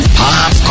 pop